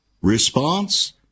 response